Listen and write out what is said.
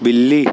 बिल्ली